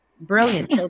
Brilliant